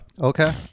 Okay